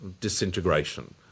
disintegration